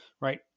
Right